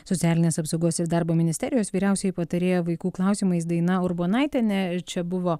socialinės apsaugos ir darbo ministerijos vyriausioji patarėja vaikų klausimais daina urbonaitienė čia buvo